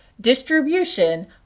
distribution